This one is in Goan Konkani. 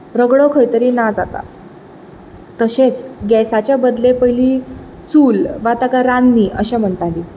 रगडो खंय तरी ना जाता तशेंच गॅसाचा बदले पयलीं चूल वा ताका रान्नी अशें म्हणटालीं